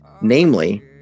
Namely